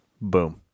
Boom